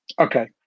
okay